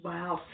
Wow